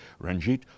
Ranjit